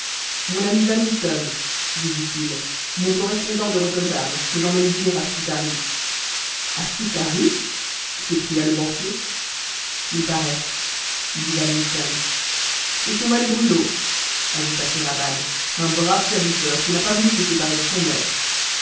mon ami van mitten lui dit-il mon correspondant de rotterdam que j'emmène dîner à scutari a scutari s'écria le banquier il paraît dit van mitten et son valet bruno ajouta kéraban un brave serviteur qui n'a pas voulu se séparer de son maître